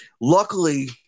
luckily